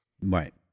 Right